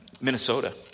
Minnesota